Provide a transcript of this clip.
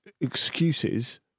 excuses